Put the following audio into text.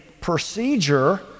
procedure